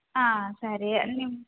ಹಾಂ ಸರಿ ನಿಮ್ಮ